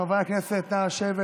חברי הכנסת, נא לשבת.